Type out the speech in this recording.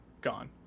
gone